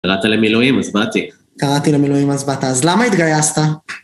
קראת למילואים, אז באתי. קראתי למילואים, אז באת. אז למה התגייסת?